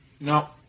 no